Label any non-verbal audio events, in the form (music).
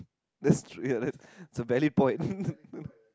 that's true ya that's a valid point (laughs)